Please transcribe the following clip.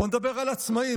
בוא נדבר על עצמאים.